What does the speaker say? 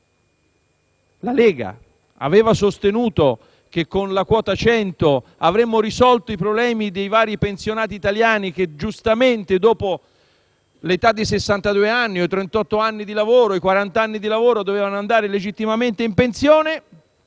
la Lega aveva sostenuto che con quota 100 avremmo risolto i problemi dei pensionati italiani che giustamente dopo l'età di sessantadue anni, o i trentotto/quaranta anni di lavoro dovevano andare legittimamente in pensione.